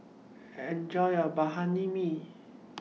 Enjoy your MI